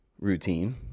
routine